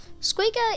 Squeaker